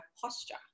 posture